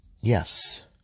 yes